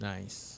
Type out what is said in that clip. Nice